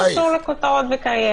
מה זה קשור לכותרות וקריירה?